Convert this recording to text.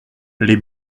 les